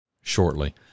shortly